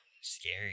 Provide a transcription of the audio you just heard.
scary